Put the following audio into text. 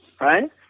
Right